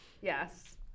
yes